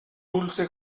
dulce